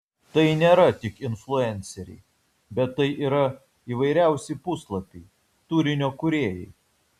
tai nėra tik influenceriai bet tai yra įvairiausi puslapiai turinio kūrėjai